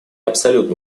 абсолютно